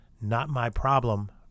not-my-problem